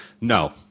No